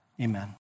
amen